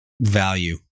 value